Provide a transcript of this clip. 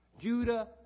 Judah